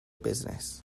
business